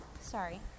Sorry